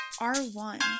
R1